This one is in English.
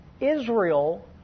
Israel